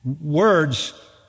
Words